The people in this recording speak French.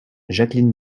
jacqueline